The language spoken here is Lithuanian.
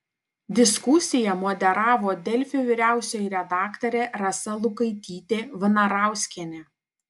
diskusiją moderavo delfi vyriausioji redaktorė rasa lukaitytė vnarauskienė